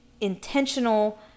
intentional